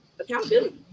accountability